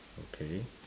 okay